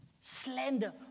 Slander